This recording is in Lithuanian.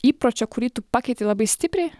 įpročio kurį tu pakeitei labai stipriai